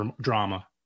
drama